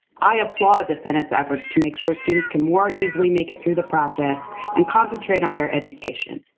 i applaud the senate's efforts to make sure students can more easily make it through the process and concentrate on their education.